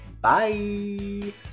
Bye